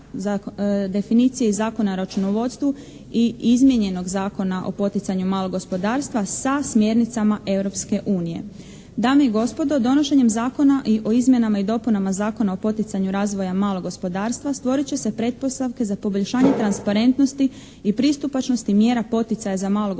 i izmijenjenog Zakona o poticanju malog gospodarstva sa smjernicama Europske unije. Dame i gospodo donošenjem Zakona o izmjenama i dopunama Zakona o poticanju malog gospodarstva stvorit će se pretpostavke za poboljšanje transparentnosti i pristupačnosti mjera poticaja za malo gospodarstvo